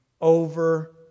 over